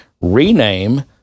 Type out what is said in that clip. rename